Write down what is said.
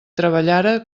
treballara